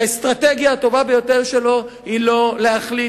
שהאסטרטגיה הטובה ביותר שלו היא לא להחליט